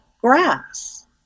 grass